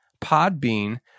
Podbean